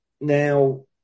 now